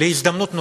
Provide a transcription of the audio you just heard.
להזדמנות נוספת?